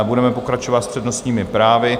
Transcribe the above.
Budeme pokračovat s přednostními právy.